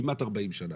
כמעט 40 שנה,